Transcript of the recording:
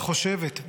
וחושבת,